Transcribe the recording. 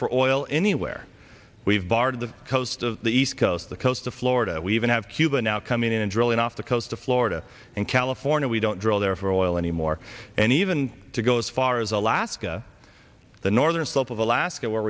for oil anywhere we've barred the coast of the east coast the coast of florida we even have cuba now coming in and drilling off the coast of florida and california we don't drill there for oil anymore and even to go as far as alaska the northern self of alaska where